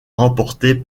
remportée